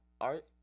art